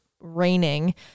raining